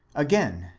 again,